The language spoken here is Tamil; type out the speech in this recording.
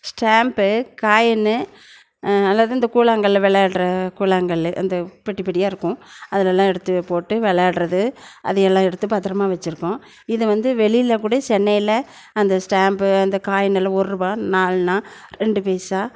ஸ்டாம்ப்பு காயினு அல்லது இந்த கூழாங்கல்லில் விளாடுற கூழாங்கல் இந்த பெட்டி பெட்டியாக இருக்கும் அதிலலாம் எடுத்து போட்டு விளாடுறது அது எல்லாம் எடுத்து பத்திரமா வச்சுருக்கோம் இதை வந்து வெளியில் கூட சென்னையில் அந்த ஸ்டாம்ப்பு அந்த காயின் எல்லாம் ஒரூபா நாலணா ரெண்டு பைசா